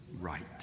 right